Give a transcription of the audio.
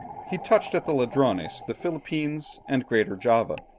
he touched at the ladrones, the philippines, and greater java,